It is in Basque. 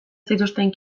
zituzten